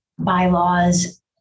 bylaws